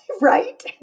Right